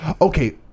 Okay